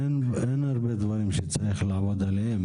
אין הרבה דברים שצריך לעבוד עליהם,